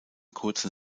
kurzen